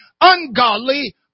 ungodly